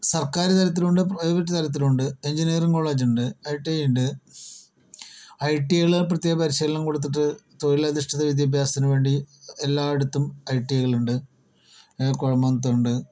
സർക്കാർ തരത്തിലുണ്ട് പ്രൈവറ്റ് തരത്തിലുണ്ട് എൻജിനിയറിങ്ങ് കോളേജുണ്ട് ഐ ടി ഐ ഉണ്ട് ഐടിഐകള് പ്രത്യേക പരിശീലനം കൊടുത്തിട്ട് തൊഴിലധിഷ്ഠിത വിദ്യാഭ്യാസത്തിന് വേണ്ടി എല്ലായിടത്തും ഐ ടി ഐകളുണ്ട് കുഴമനത്ത് ഉണ്ട്